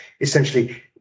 essentially